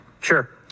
Sure